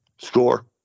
Score